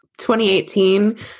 2018